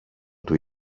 του